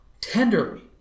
tenderly